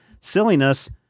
silliness